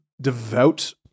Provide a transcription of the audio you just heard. devout